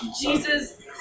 Jesus